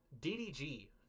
DDG